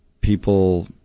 people